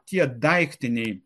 tie daiktiniai